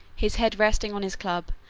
his head resting on his club,